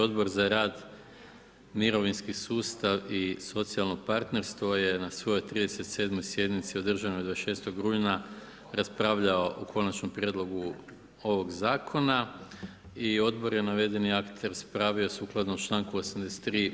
Odbor za rad, mirovinski sustav i socijalno partnerstvo je na svojoj 37. sjednici održanoj 26. rujna raspravljao o Konačnom prijedlogu ovoga Zakona i Odbor je navedeni akt raspravio sukladno članku 83.